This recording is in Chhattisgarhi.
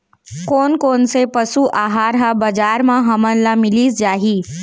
कोन कोन से पसु आहार ह बजार म हमन ल मिलिस जाही?